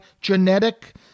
genetic